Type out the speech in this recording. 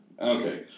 Okay